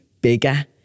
bigger